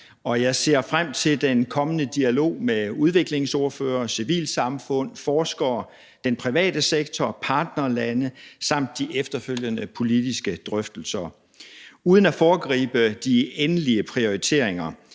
jeg ser frem til den kommende dialog med udviklingsordførere, civilsamfund, forskere, den private sektor og partnerlande samt til de efterfølgende politiske drøftelser. Uden at foregribe de endelige prioriteringer